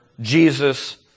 Jesus